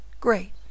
great